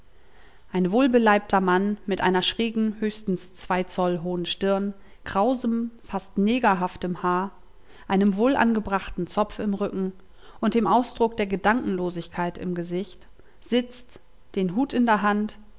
ein wohlbeleibter mann mit einer schrägen höchstens zwei zoll hohen stirn krausem fast negerhaftem haar einem wohlangebrachten zopf im rücken und dem ausdruck der gedankenlosigkeit im gesicht sitzt den hut in der hand